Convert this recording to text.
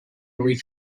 hilly